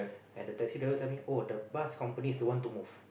and the taxi driver tell me oh the bus companies don't want to move